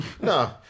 No